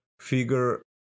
figure